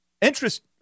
Interest